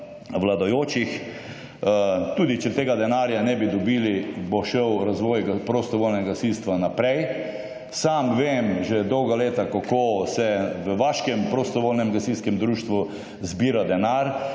vladajočih. Tudi, če tega denarja ne bi dobili bo šel razvoj prostovoljnega gasilstva naprej. Sam vem že dolga leta kako se v vaškem prostovoljnem gasilskem društvu zbira denar